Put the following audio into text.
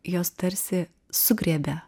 jos tarsi sugriebia